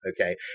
okay